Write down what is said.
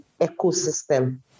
ecosystem